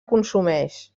consumeix